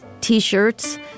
T-shirts